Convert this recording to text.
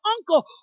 uncle